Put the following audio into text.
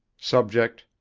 subject